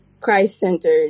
Christ-centered